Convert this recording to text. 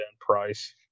price